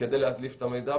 כדי להדליף את המידע,